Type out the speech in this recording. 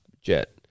Jet